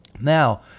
Now